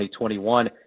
2021